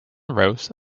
rose